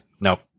no